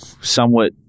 somewhat